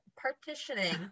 partitioning